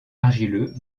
argileux